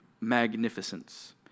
magnificence